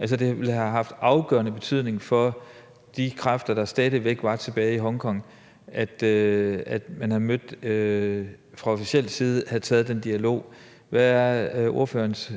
det ville have haft afgørende betydning for de kræfter, der stadig væk var tilbage i Hongkong, at man fra officiel side havde taget den dialog. Hvad er ordførerens